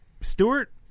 Stewart